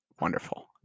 wonderful